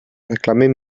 reclamen